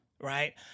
right